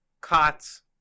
cots